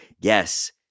Yes